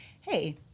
Hey